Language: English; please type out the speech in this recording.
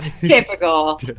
typical